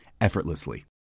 effortlessly